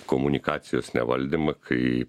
komunikacijos nevaldymą kai